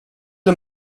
och